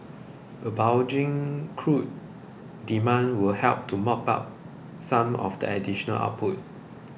crude demand will help to mop up some of the additional output